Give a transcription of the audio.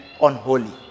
unholy